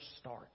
start